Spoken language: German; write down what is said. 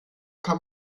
kann